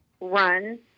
run